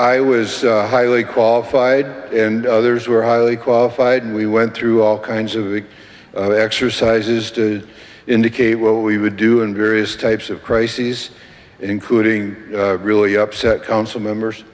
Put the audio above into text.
i was highly qualified and others were highly qualified and we went through all kinds of the exercises to indicate what we would do in various types of crises including really upset council members